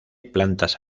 plantas